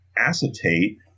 acetate